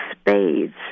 spades